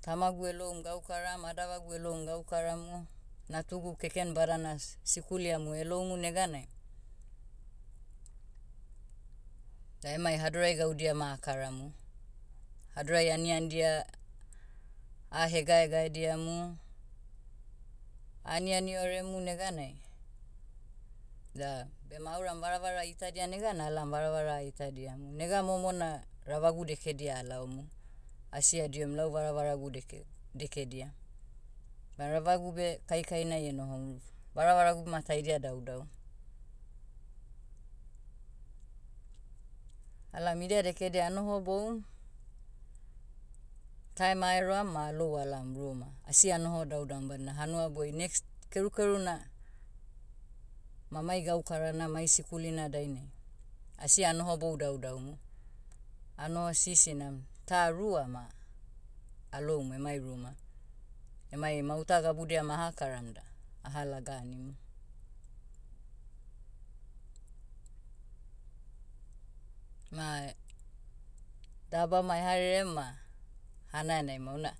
tamagu eloum gaukaram adavagu eloum gaukaramu, natugu keken badana s- sikuli amo eloumu neganai, da emai hadorai gaudia ma akaramu. Hadorai aniandia, ah hegaegaediamu, ah aniani oremu neganai, da, bema auram varavara itadia neganai alaom varavara ah itadiamu. Nega momo na, ravagu dekedia alaomu. Asi adiom lau varavaragu dekeg- dekedia. Ma ravagu beh, kaikainai enohomu. Varavaragu ma taidia daudau. Alaom idia dekedia anohoboum, taem ah eroam ma alou alaom ruma. Asi anoho daudaum badina hanuaboi next- kerukeru na, ma mai gaukarana mai sikulina dainai, asi anohobou daudaumu. Anoho sisinam, ta rua ma, aloum emai ruma. Emai mauta gabudia ma ahakaram da, aha laga animu. Ma, daba ma eha rerem ma, hanaianai ma una,